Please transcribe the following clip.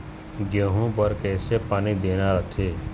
गेहूं बर कइसे पानी देना रथे?